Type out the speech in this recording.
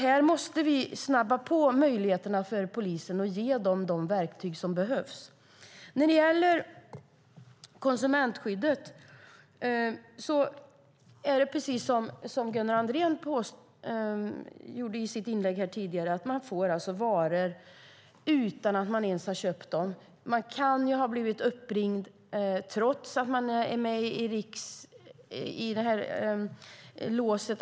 Här måste vi snabba på och ge polisen de verktyg som behövs. När det gäller konsumentskyddet är det precis som Gunnar Andrén sade i sitt inlägg tidigare. Man får varor utan att man har köpt dem. Man kan ha blivit uppringd trots att man är med i Nixregistret och har det här låset.